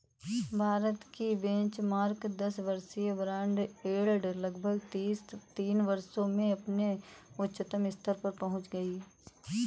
भारत की बेंचमार्क दस वर्षीय बॉन्ड यील्ड लगभग तीन वर्षों में अपने उच्चतम स्तर पर पहुंच गई